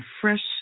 fresh